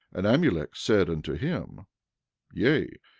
and amulek said unto him yea,